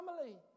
family